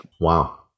Wow